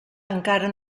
encara